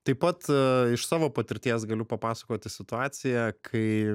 taip pat iš savo patirties galiu papasakoti situaciją kai